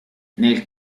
nel